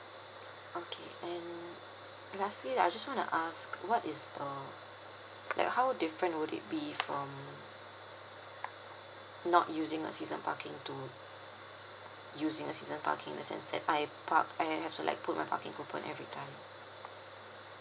okay and lastly I just want to ask what is the like how different would it be from not using a season parking to using a season parking in the sense that I park and and I also like put my parking coupon every time